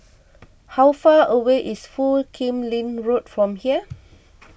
how far away is Foo Kim Lin Road from here